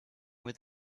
with